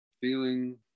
feeling